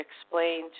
explain